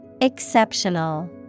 Exceptional